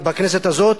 בכנסת הזאת,